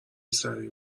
سریع